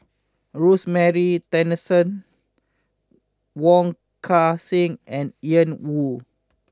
Rosemary Tessensohn Wong Kan Seng and Ian Woo